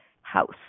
house